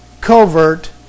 covert